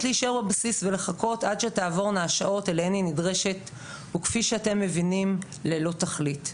להישאר בבסיס ולחכות עד שתעבור כמות השעות הנדרשת ללא תכלית.